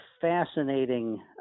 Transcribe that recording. fascinating